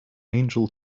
angel